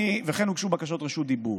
וכן הוגשו בקשות רשות דיבור.